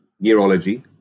neurology